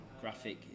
graphic